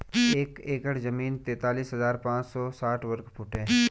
एक एकड़ जमीन तैंतालीस हजार पांच सौ साठ वर्ग फुट है